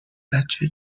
بچه